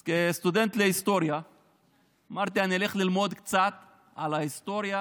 אז כסטודנט להיסטוריה אמרתי שאני אלך ללמוד קצת על ההיסטוריה